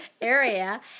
area